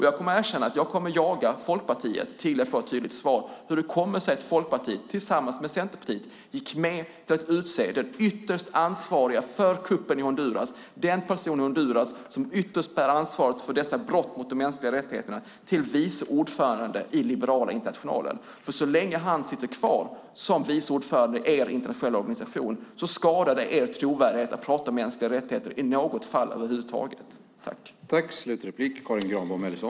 Jag erkänner att jag kommer att jaga Folkpartiet tills jag får ett tydligt svar om hur det kommer sig att Folkpartiet tillsammans med Centerpartiet gått med på att utse den ytterst ansvarige för kuppen i Honduras, den person i Honduras som ytterst bär ansvaret för brotten mot mänskliga rättigheter, till vice ordförande i Liberala internationalen. Så länge han sitter kvar som vice ordförande i er internationella organisation skadar det er trovärdighet när det gäller att tala om mänskliga rättigheter i något fall över huvud taget.